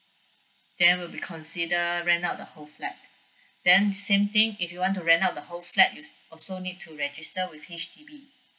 then will be consider rent out the whole flat then same thing if you want to rent out the whole flat you s~ also need to register with H_D_B